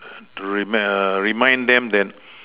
reem~ err remind them that